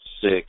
six